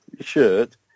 shirt